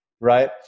right